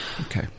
Okay